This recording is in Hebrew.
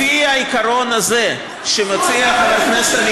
לפי העיקרון הזה שמציע חבר הכנסת,